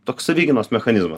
toks savigynos mechanizmas